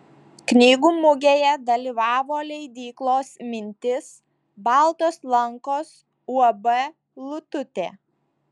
knygų mugėje dalyvavo leidyklos mintis baltos lankos uab lututė